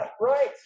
right